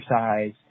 exercise